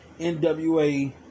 NWA